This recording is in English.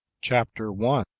chapter one.